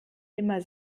immer